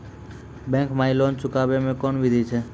Bank माई loan चुकाबे के कोन बिधि छै?